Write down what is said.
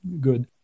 good